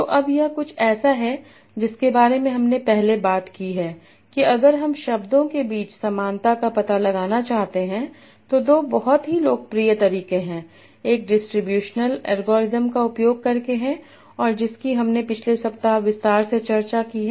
तो अब यह कुछ ऐसा है जिसके बारे में हमने पहले बात की है कि अगर हम शब्दों के बीच समानता का पता लगाना चाहते हैं तो दो बहुत ही लोकप्रिय तरीके हैं एक डिस्ट्रीब्यूशन एल्गोरिदम का उपयोग करके है और जिसकी हमने पिछले सप्ताह विस्तार से चर्चा की है